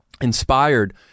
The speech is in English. inspired